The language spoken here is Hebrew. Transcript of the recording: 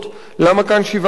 למה כאן שבעה ימים?